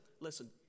listen